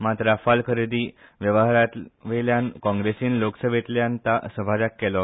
मात राफाल खरेदी व्यवहारावेल्यान काँग्रेसीन लोकसभेतल्यान सभात्याग केलो